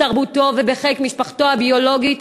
בתרבותו ובחיק משפחתו הביולוגית,